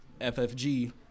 ffg